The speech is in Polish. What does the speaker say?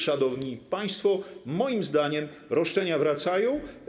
Szanowni państwo, moim zdaniem roszczenia wracają.